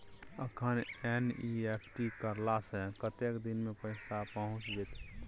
अखन एन.ई.एफ.टी करला से कतेक दिन में पैसा पहुँच जेतै?